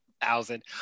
thousand